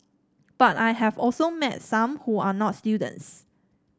but I have also met some who are not students